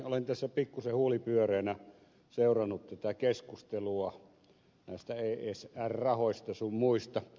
olen tässä pikkuisen huuli pyöreänä seurannut tätä keskustelua näistä esr rahoista sun muista